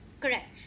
Correct